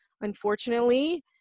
unfortunately